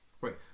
Right